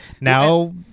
now